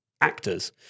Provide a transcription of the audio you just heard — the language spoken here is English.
actors